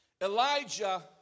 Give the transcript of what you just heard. Elijah